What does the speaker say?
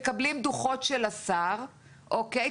אנחנו מקבלים דוחות של השר, אוקיי?